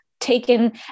taken